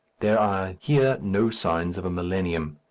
there are here no signs of a millennium.